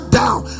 down